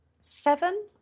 seven